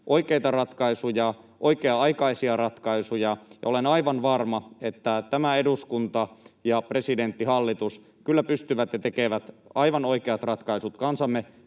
oikeita ratkaisuja, oikea-aikaisia ratkaisuja. Olen aivan varma, että tämä eduskunta ja presidentti, hallitus kyllä pystyvät ja tekevät kansamme kannalta aivan